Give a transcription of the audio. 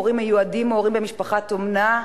הורים מיועדים או הורים במשפחת אומנה,